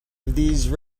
these